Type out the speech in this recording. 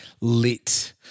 lit